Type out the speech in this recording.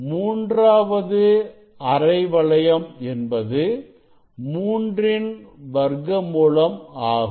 மூன்றாவது அரை வளையம் என்பது மூன்றின் வர்க்கமூலம் ஆகும்